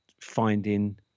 finding